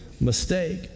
mistake